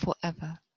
forever